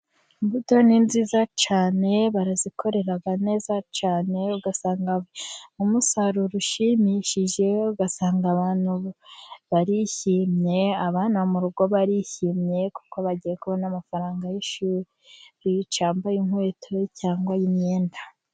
Imbuto ni nziza cyane barazikorera neza cyane, ugasanga umusaruro ushimishije, ugasanga abantu barishimye, abana mu rugo barishimye, kuko bagiye kubona amafaranga y'ishuri, cyamba ay'inkweto cyangwa ay'imyenda.